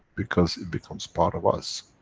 because it becomes part of us.